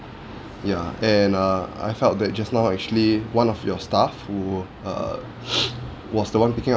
ya and err I felt that just now actually one of your staff who err was the one picking